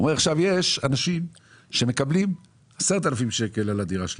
עכשיו, יש אנשים שמקבלים 10,000 ₪ על הדירה שלהם,